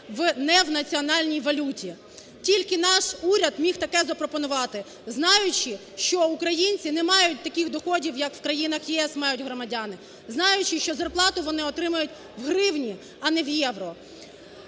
не в національній валюті. Тільки наш уряд міг таке запропонувати, знаючи, що українці не мають таких доходів, як у країнах ЄС мають громадяни, знаючи, що зарплату вони отримують в гривні, а не в євро.